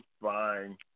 fine